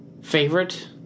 Favorite